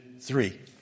three